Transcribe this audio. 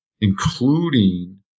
including